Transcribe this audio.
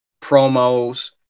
promos